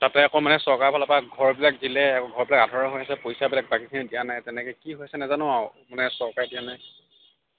তাতে আকৌ মানে চৰকাৰৰ ফালৰ পৰা ঘৰবিলাক দিলে ঘৰবিলাক আধৰুৱা হৈ আছে পইছাবিলাক বাকীখিনি দিয়া নাই তেনেকৈ কি হৈ আছে নাজানো আৰু মানে চৰকাৰে দিয়া নাই